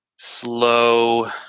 slow